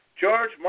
George